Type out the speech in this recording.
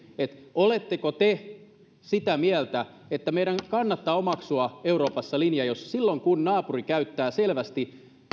oletteko te sitä mieltä että meidän kannattaa omaksua euroopassa linja jossa silloin kun naapuri käyttää selvästi